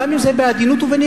גם אם זה בעדינות ובנימוס,